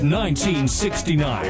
1969